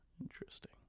interesting